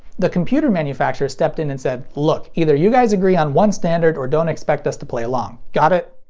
the computer manufacturers stepped in and said, look, either you guys agree on one standard, or don't expect us to play along. got it?